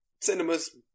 Cinemas